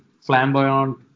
flamboyant